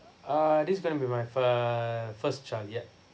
uh this gonna be my fir~ first child yup